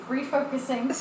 Refocusing